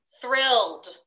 thrilled